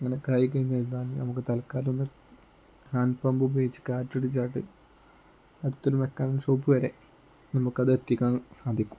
അങ്ങനെയൊക്കെ ആയി കഴിഞ്ഞു കഴിഞ്ഞാൽ നമുക്ക് തൽക്കാലമൊന്ന് ഹാൻഡ് പമ്പ് ഉപയോഗിച്ച് കാറ്റടിച്ചിട്ട് അടുത്തൊരു മെക്കാനിക് ഷോപ്പ് വരെ നമുക്ക് അത് എത്തിക്കാൻ സാധിക്കും